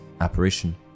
apparition